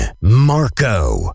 Marco